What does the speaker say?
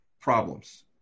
problems